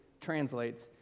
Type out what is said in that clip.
translates